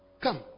Come